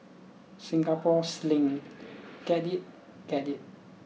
Singapore Sling get it get it